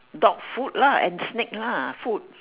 dog food lah and snake lah food